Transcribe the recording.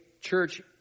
church